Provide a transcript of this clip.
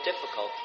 difficult